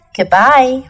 Goodbye